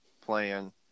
playing